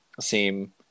seem